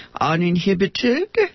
uninhibited